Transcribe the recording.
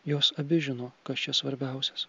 jos abi žino kas čia svarbiausias